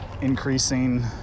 increasing